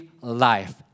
life